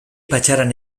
patxaran